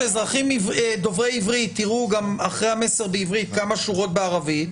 שאזרחים דוברי עברית יראו גם אחרי המסר בעברית כמה שורות בערבית,